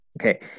okay